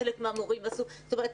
זאת אומרת,